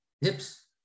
hips